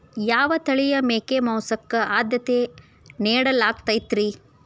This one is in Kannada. ಯಾವ ತಳಿಯ ಮೇಕೆ ಮಾಂಸಕ್ಕ, ಆದ್ಯತೆ ನೇಡಲಾಗತೈತ್ರಿ?